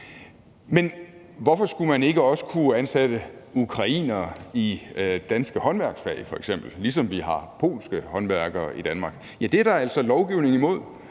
Men hvorfor skulle man ikke også kunne ansætte ukrainere i f.eks. danske håndværksfag, ligesom vi har polske håndværkere i Danmark? Ja, det er der altså lovgivning imod,